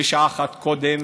ויפה שעה אחת קודם,